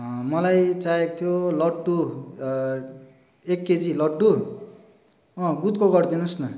मलाई चाहिएको थियो लड्डु एक केजी लड्डु गुँडको गरिदिनु होस् न